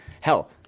hell